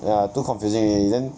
ya too confusing already then